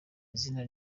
izina